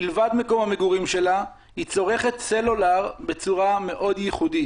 מלבד מקום המגורים שלה היא צורכת סלולר בצורה מאוד ייחודית.